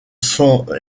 cents